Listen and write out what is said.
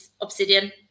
Obsidian